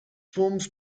forms